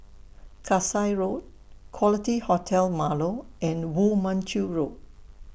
Kasai Road Quality Hotel Marlow and Woo Mon Chew Road